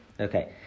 Okay